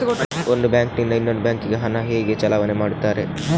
ಒಂದು ಬ್ಯಾಂಕ್ ನಿಂದ ಇನ್ನೊಂದು ಬ್ಯಾಂಕ್ ಗೆ ಹಣ ಹೇಗೆ ಚಲಾವಣೆ ಮಾಡುತ್ತಾರೆ?